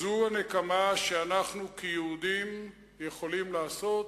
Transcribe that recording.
זו הנקמה שאנחנו כיהודים יכולים לעשות,